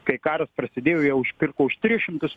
kai karas prasidėjo jie užpirko už tris šimtus